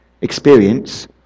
experience